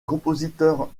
compositeur